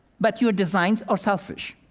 but your designs are selfish.